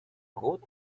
good